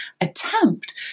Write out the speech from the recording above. attempt